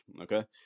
Okay